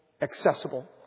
accessible